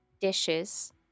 dishes